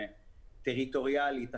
טריטוריאלית,